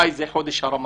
מאי זה חודש הרמדאן.